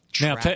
now